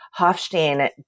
Hofstein